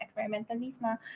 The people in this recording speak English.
experimentalism